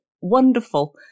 wonderful